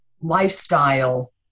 lifestyle